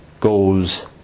goes